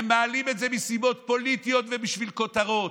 הם מעלים את זה מסיבות פוליטיות ובשביל כותרות.